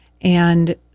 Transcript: And-